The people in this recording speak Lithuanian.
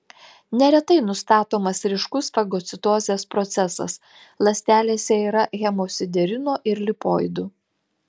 neretai nustatomas ryškus fagocitozės procesas ląstelėse yra hemosiderino ir lipoidų